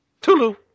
Tulu